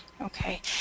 Okay